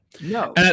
No